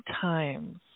times